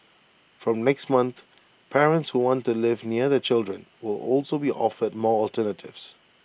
from next month parents who want to live near their children will also be offered more alternatives